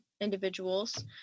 individuals